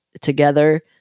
together